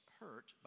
hurt